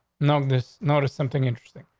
no, this noticed something interesting.